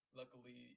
luckily